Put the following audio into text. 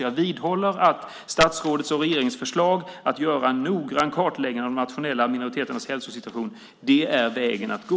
Jag vidhåller att statsrådets och regeringens förslag att göra en noggrann kartläggning av de nationella minoriteternas hälsosituation är vägen att gå.